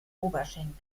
oberschenkeln